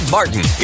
Martin